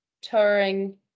touring